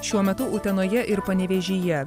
šiuo metu utenoje ir panevėžyje